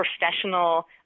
professional